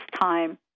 time